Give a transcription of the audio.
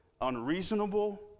unreasonable